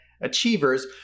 achievers